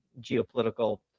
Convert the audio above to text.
geopolitical